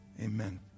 amen